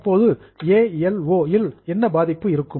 இப்போது A L O இல் என்ன பாதிப்பு இருக்கும்